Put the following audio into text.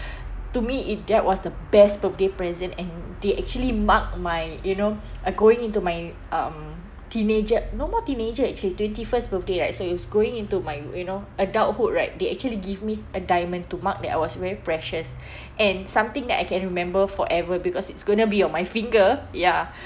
to me it that was the best birthday present and they actually mark my you know uh going into my um teenager no more teenager actually twenty first birthday right so it's going into my you you know adulthood right they actually give me a diamond to mark that I was very precious and something that I can remember forever because it's going to be on my finger ya